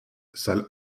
salle